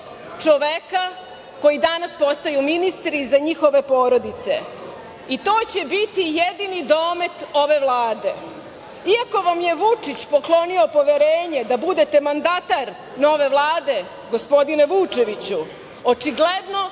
čoveka koji danas postaju ministri, za njihove porodice. To će biti jedini domet ove Vlade. Iako vam je Vučić poklonio poverenje da budete mandatar nove Vlade, gospodine Vučeviću, očigledno